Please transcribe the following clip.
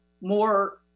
more